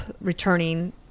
returning